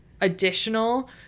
additional